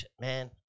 man